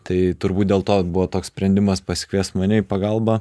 tai turbūt dėl to buvo toks sprendimas pasikviest mane į pagalbą